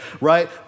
right